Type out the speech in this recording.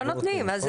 לא נותנים, אז